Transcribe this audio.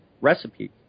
recipe